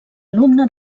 alumne